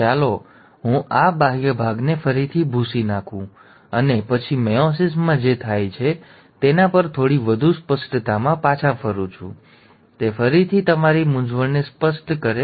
તો ચાલો હું આ બાહ્ય ભાગને ફરીથી ભૂંસી નાખું અને પછી મેયોસિસમાં જે થાય છે તેના પર થોડી વધુ સ્પષ્ટતામાં પાછા ફરું છું જેથી તે ફરીથી તમારી મૂંઝવણને સ્પષ્ટ કરે